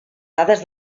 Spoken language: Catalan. dades